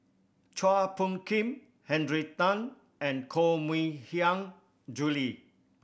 Chua Phung Kim Henry Tan and Koh Mui Hiang Julie